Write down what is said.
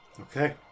Okay